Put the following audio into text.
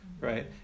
right